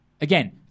again –